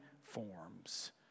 forms